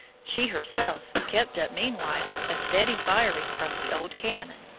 she, herself, kept up meanwhile a steady firing from the old cannon.